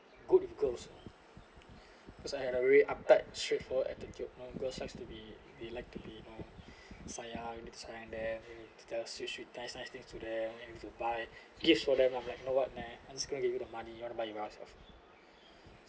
good with girls cause I had a very uptight straightforward attitude you know girls like to we we like to be you know sayang here sayang there you need to tell sweet sweet nice nice things to them and you need to buy gifts for them I'm like you know what meh I'm just gonna give you the money you wanna buy your yourself